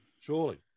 surely